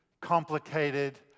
complicated